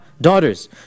daughters